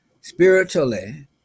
spiritually